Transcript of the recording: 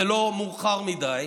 זה לא מאוחר מדי.